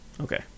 Okay